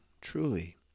truly